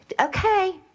Okay